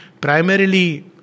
primarily